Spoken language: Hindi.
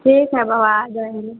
ठीक है बाबा आ जाएँगे